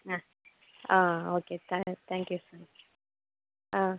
அ ஆ ஓகே த thank you sir ah